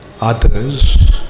others